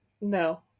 No